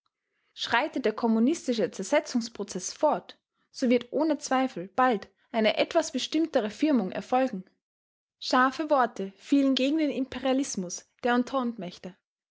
schreitet der kommunistische zersetzungsprozeß fort so wird ohne zweifel bald eine etwas bestimmtere firmung erfolgen scharfe worte fielen gegen den imperialismus der ententemächte